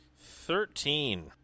Thirteen